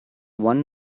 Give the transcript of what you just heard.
one